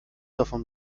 davon